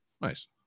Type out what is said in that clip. Nice